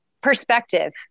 Perspective